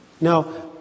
Now